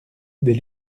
des